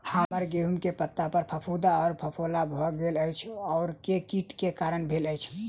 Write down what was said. हम्मर गेंहूँ केँ पत्ता पर फफूंद आ फफोला भऽ गेल अछि, ओ केँ कीट केँ कारण भेल अछि?